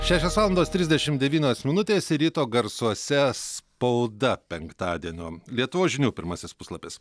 šešios valandos trisdešim devyniosminutės ir ryto garsuose spauda penktadienio lietuvos žinių pirmasis puslapis